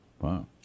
Wow